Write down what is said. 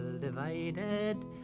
divided